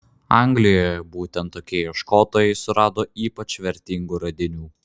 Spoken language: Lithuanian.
anglijoje būtent tokie ieškotojai surado ypač vertingų radinių